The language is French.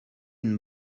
une